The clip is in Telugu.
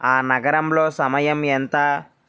ఆ నగరంలో సమయం ఎంత